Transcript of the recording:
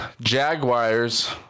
Jaguars